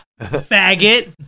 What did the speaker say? faggot